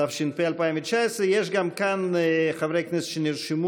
התש"ף 2019. יש גם כאן חברי כנסת שנרשמו